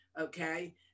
Okay